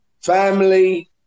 family